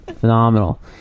phenomenal